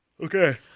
Okay